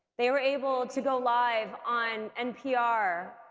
they were able to go live on npr,